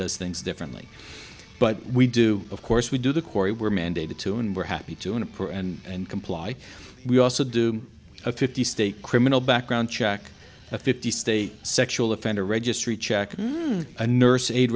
does things differently but we do of course we do the corey were mandated to and we're happy to in a pro and comply we also do a fifty state criminal background check a fifty state sexual offender registry check a nurse's aide